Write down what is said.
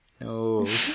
No